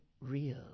real